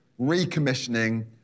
recommissioning